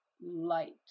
light